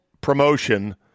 promotion